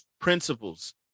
principles